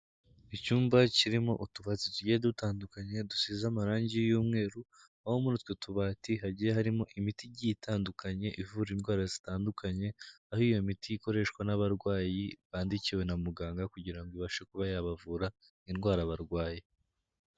Icyumba kirimo utubati tugiye dutandukanye dusize amarangi y'umweru, aho muri utwo tubati hagiye harimo imiti igiye itandukanye ivura indwara zitandukanye, aho iyo miti ikoreshwa n'abarwayi bandikiwe na muganga kugira ngo ibashe kuba yabavura indwara barwaye.